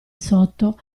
sotto